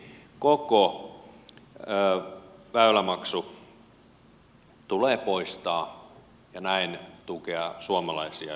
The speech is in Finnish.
eli koko väylämaksu tulee poistaa ja näin tukea suomalaisia yrityksiä